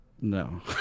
No